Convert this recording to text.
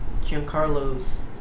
Giancarlo's